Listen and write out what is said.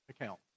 account